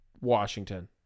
Washington